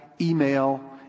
email